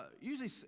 usually